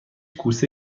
کوسه